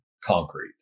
concrete